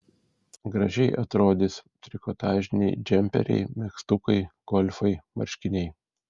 gražiai atrodys trikotažiniai džemperiai megztukai golfai marškiniai